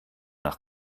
nach